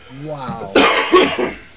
Wow